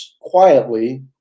quietly